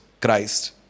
Christ